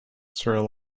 sir